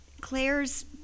Claire's